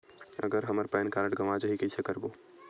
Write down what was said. अगर हमर pan card गवां जाही कइसे करबो?